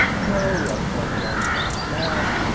so, we have point one pounds mass.